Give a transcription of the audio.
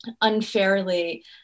unfairly